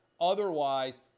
otherwise